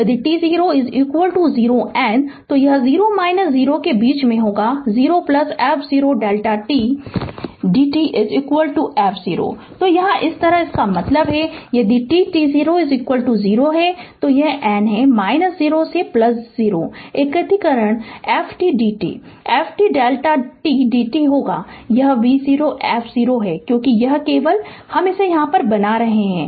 यदि t0 0 n यह 0 0 के बीच में होगा 0 f0 Δ t dt f0 तो यहाँ इसी तरह इसका मतलब है यदि t t0 0 है तो n यह 0 से 0 एकीकरण f t d t f t Δ t d t होगा और वह f0 है क्योंकि यह केवल हम इसे बना रहे है